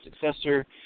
successor